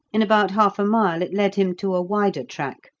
in about half a mile it led him to a wider track,